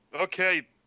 Okay